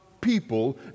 people